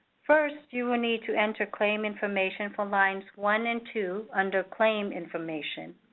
first, you will need to enter claim information for lines one and two under claim information,